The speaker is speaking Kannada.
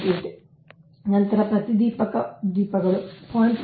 8 ನಂತರ ಪ್ರತಿದೀಪಕ ದೀಪಗಳು 0